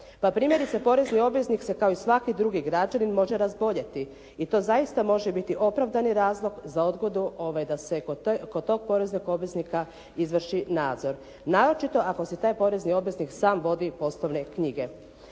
Pa primjerice, porezni obveznik se kao i svaki drugi građanin može razboljeti i to zaista može biti opravdani razlog za odgodu da se kod tog poreznog obveznika izvrši nadzor, naročito ako se taj porezni obveznik sam vodi poslovne knjige.